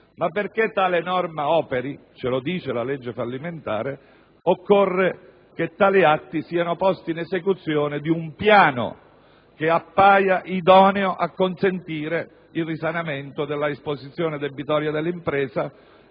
Ma perché tale norma operi - questo lo dice la legge fallimentare - occorre che tali atti siano posti in esecuzione di un piano che appaia idoneo a consentire il risanamento dell'esposizione debitoria dell'impresa